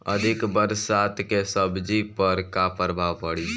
अधिक बरसात के सब्जी पर का प्रभाव पड़ी?